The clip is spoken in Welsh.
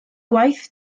gwaith